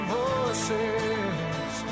voices